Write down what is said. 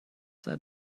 that